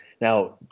Now